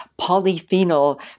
polyphenol